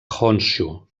honshu